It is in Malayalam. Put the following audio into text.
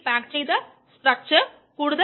ഇപ്പോൾ ഒരു പ്രോബ്ലം നൽകാം